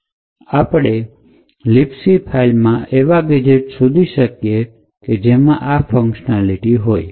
આ રીતે આપણે libc ફાઇલમાં એવું ગેજેટ્સ શોધી શકીએ જેમાં આ ફંકશનાલિટી હોય